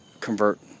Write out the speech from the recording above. convert